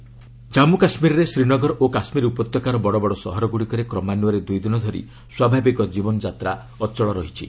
କେକେ terrorist Jammu କାଶ୍କୀରରେ ଶ୍ରୀନଗର ଓ କାଶ୍କୀର ଉପତ୍ୟକାର ବଡ଼ ବଡ଼ ସହରଗୁଡ଼ିକରେ କ୍ରମାନ୍ୱୟରେ ଦୁଇଦିନ ଧରି ସ୍ୱାଭାବିକ ଜୀବନଯାତ୍ରା ଅଚଳ ରହିଛି